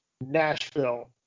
nashville